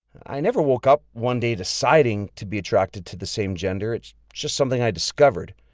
i never woke up one day deciding to be attracted to the same gender it's just something i discovered.